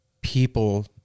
people